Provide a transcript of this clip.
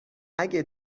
اگه